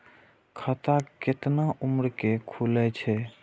खाता केतना उम्र के खुले छै?